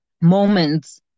moments